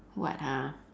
what ha